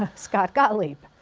ah scott gottleib,